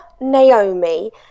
Naomi